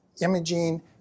imaging